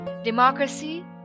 Democracy